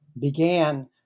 began